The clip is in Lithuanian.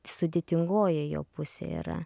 sudėtingoji jo pusė yra